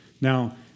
Now